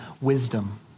wisdom